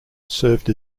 served